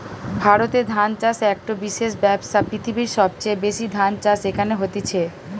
ভারতে ধান চাষ একটো বিশেষ ব্যবসা, পৃথিবীর সবচেয়ে বেশি ধান চাষ এখানে হতিছে